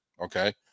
okay